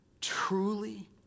Truly